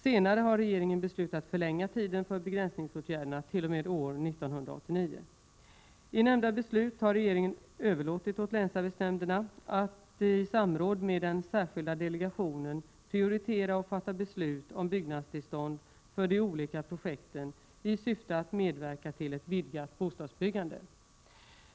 Senare har regeringen beslutat förlänga tiden för begränsningsåtgärderna t.o.m. år 1989. I nämnda beslut har regeringen överlåtit åt länsarbetsnämnderna att i samråd med den särskilda delegationen prioritera och fatta beslut om byggnadstillstånd för de olika projekten i syfte att medverka till ett vidgat bostadsbyggande.